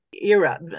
era